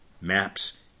maps